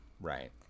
Right